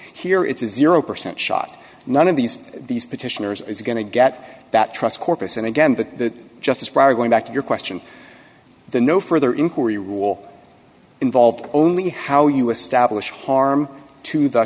here it's a zero percent shot none of these these petitioners is going to get that trust corpus and again that just is probably going back to your question the no further inquiry was involved only how you establish harm to the